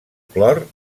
clor